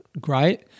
great